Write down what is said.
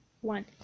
one